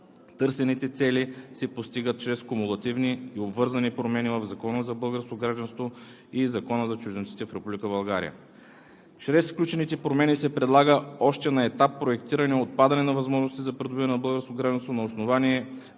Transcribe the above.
Търсените цели се постигат чрез кумулативни и обвързани промени в Закона за българското гражданство и Закона за чужденците в Република България. Чрез включените промени се предлага още на етап проектиране и отпадане на възможностите за придобиване на българско гражданство на основание